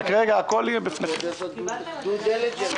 לגבי מרכזי היום בזום אנחנו פותחים את הדבר הזה,